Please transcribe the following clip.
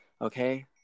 okay